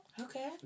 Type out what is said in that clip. Okay